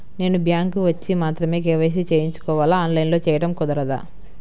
నేను బ్యాంక్ వచ్చి మాత్రమే కే.వై.సి చేయించుకోవాలా? ఆన్లైన్లో చేయటం కుదరదా?